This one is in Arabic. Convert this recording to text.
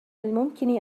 الممكن